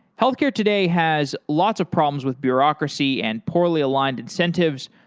healthcare today has lots of problems with bureaucracy and poorly aligned incentives,